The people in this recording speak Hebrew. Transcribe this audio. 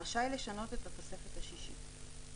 רשאי לשנות את התוספת השישית."